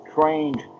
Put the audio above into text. trained